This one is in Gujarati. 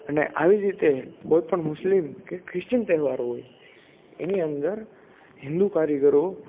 અને આવી જ રીતે કોઈ પણ મુસ્લિમ કે ખ્રીસ્ચિયન તહેવાર હોય એની અંદર હિન્દુ કારીગરો